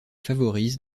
favorise